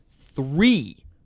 three